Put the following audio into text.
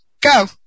go